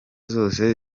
zose